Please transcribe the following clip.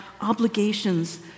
obligations